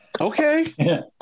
okay